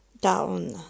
down